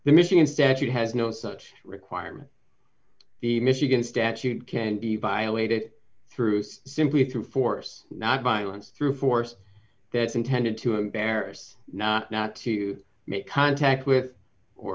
the michigan statute has no such requirement the michigan statute can be violated truth simply through force not violence through force that is intended to embarrass not to make contact with or